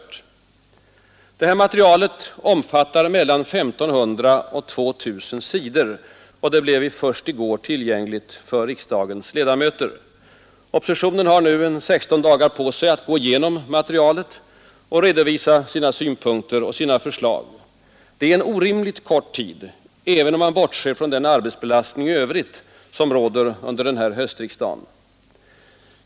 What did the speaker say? Det nu föreliggande materialet omfattar mellan 1 500 och 2 000 sidor. Det blev först i går tillgängligt för riksdagens ledamöter. Oppositionen har nu 16 dagar på sig att gå igenom materialet och redovisa sina synpunkter och förslag. Det är en orimligt kort tid, även om man bortser från den arbetsbelastning i övrigt som råder under denna höstriksdag.